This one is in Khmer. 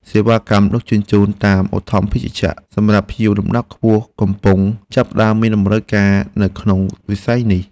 សេវាកម្មដឹកជញ្ជូនតាមឧទ្ធម្ភាគចក្រសម្រាប់ភ្ញៀវលំដាប់ខ្ពស់កំពុងចាប់ផ្តើមមានតម្រូវការនៅក្នុងវិស័យនេះ។